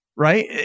Right